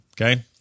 Okay